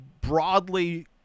broadly